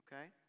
okay